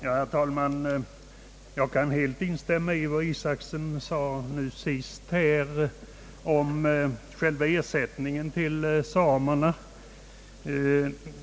Herr talman! Jag kan helt instämma i vad herr Isacson sade nu senast om ersättningen till samerna.